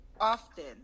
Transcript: often